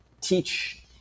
teach